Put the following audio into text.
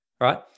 right